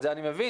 את זה אני מבין,